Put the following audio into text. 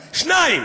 2. 2,